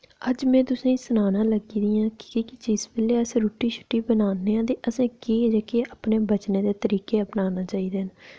अज्ज में तुसें ई सनाना लगी दियां कि केह्की चीज बेल्लै अस रुट्टी शूट्टी बनाने आं ते असें केह् जेह्के अपने बचने दे तरीके अपनाना चाहिदे न